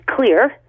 clear